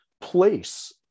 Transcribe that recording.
place